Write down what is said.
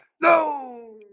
No